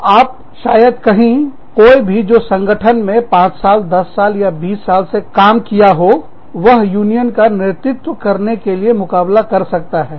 तो आप शायद कहीं कोई भी जो संगठन में 5 साल 10 साल या 20 साल से काम किया हो वह यूनियन का नेतृत्व करने के लिए मुकाबला कर सकता है